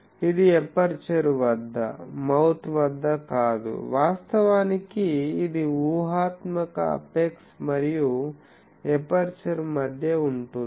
ఇది ఎపర్చరు వద్ద మౌత్ వద్ద కాదు వాస్తవానికి ఇది ఊహాత్మక అపెక్స్ మరియు ఎపర్చరు మధ్య ఉంటుంది